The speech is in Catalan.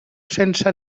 sense